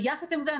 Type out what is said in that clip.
יחד עם זה,